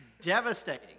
devastating